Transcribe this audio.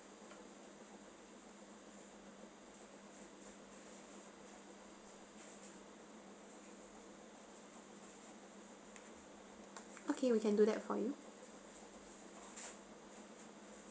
okay we can do that for you